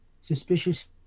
suspicious